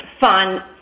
fun